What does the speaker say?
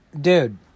dude